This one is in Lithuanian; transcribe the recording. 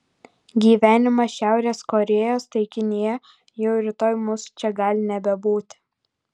gyvenimas šiaurės korėjos taikinyje jau rytoj mūsų čia gali nebebūti